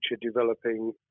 developing